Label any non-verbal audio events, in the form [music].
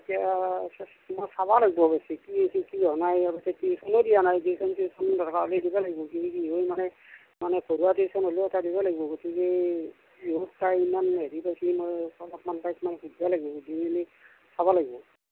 এতিয়া [unintelligible] মই চাব লাগিব অৱশ্যে কি হৈছে কি হোৱা নাই অৱশ্যে টিউচনো দিয়া নাই টিউচন চিউচন দৰকাৰ হ'লে দিবা লাগিব কি হ'ল মানে মানে ঘৰুৱা টিউচন হ'লেও এটা দিবা লাগিব গতিকে কি হ'ল তাই ইমান হেৰি পাইছে মই গতিকে মই তাইক অলপমাণ সুধিব লাগিব সুধি মেলি চাব লাগিব